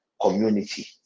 community